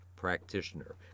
practitioner